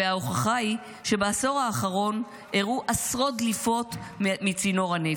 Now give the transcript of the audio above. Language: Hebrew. וההוכחה היא שבעשור האחרון אירעו עשרות דליפות מצינור הנפט,